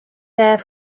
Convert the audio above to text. there